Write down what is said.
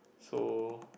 so